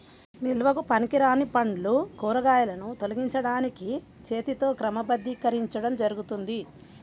నిల్వకు పనికిరాని పండ్లు, కూరగాయలను తొలగించడానికి చేతితో క్రమబద్ధీకరించడం జరుగుతుంది